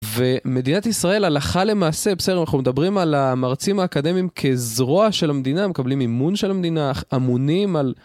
ומדינת ישראל הלכה למעשה, בסדר, אנחנו מדברים על המרצים האקדמיים כזרוע של המדינה, הם מקבלים אימון של המדינה, אמונים על...